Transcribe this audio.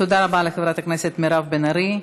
תודה רבה לחברת הכנסת מירב בן ארי.